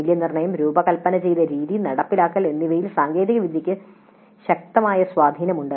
മൂല്യനിർണ്ണയം രൂപകൽപ്പന ചെയ്ത രീതി നടപ്പിലാക്കൽ എന്നിവയിൽ സാങ്കേതികവിദ്യയ്ക്ക് ശക്തമായ സ്വാധീനമുണ്ട്